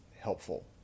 helpful